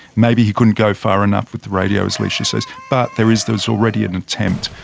maybe he couldn't go far enough with the radio, as lecia says. but there is there is already an attempt,